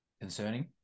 concerning